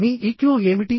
మీ EQ ఏమిటి